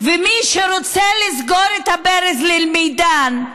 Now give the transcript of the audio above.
ומי שרוצה לסגור את הברז לאל-מידאן,